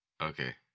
Okay